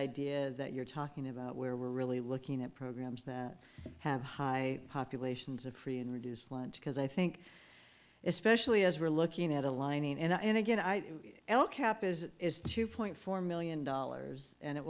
idea that you're talking about where we're really looking at programs that have high populations of free and reduced lunch because i think especially as we're looking at aligning and again i l cap is two point four million dollars and it